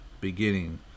beginning